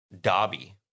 Dobby